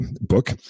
book